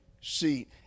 seat